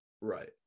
right